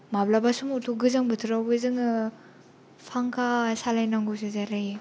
माब्लाबा समावथ' गोजां बोथोरावबो जोङो फांखा सालायनांगोसो जालायो